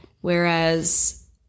whereas